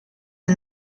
del